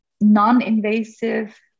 non-invasive